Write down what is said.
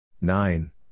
Nine